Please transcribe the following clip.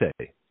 say